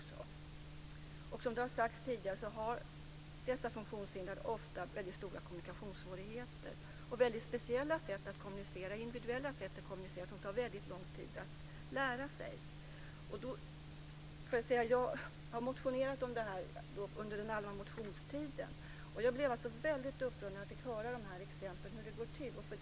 Som har sagts tidigare har dessa funktionshindrade ofta väldigt stora kommunikationssvårigheter och väldigt speciella och individuella sätt att kommunicera som tar väldigt lång tid att lära sig. Jag har motionerat om detta under den allmänna motionstiden. Jag blev väldigt upprörd när jag fick höra de här exemplen om hur det går till.